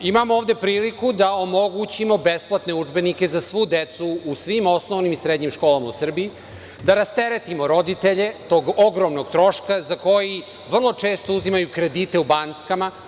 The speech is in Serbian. Imamo ovde priliku da omogućimo besplatne udžbenike za svu decu u svim osnovnim i srednjim školama u Srbiji, da rasteretimo roditelje tog ogromnog troška za koji vrlo često uzimaju kredite u bankama.